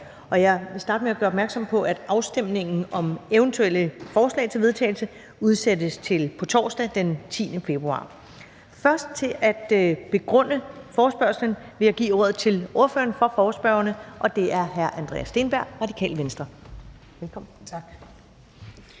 Jeg skal starte med at gøre opmærksom på, at afstemning om eventuelle forslag til vedtagelse udsættes til torsdag den 10. februar 2022. Først til at begrunde forespørgslen vil jeg give ordet til ordføreren for forespørgerne, og det er hr. Andreas Steenberg, Radikale Venstre. Velkommen. Kl.